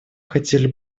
хотели